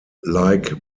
like